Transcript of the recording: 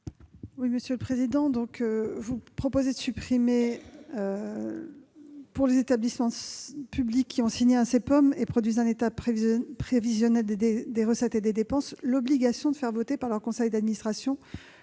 du Gouvernement ? Il est proposé de supprimer, pour les établissements publics qui ont signé un CEPOM et produisent un état prévisionnel des recettes et des dépenses, l'obligation de faire voter par leur conseil d'administration